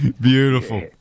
Beautiful